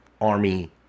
army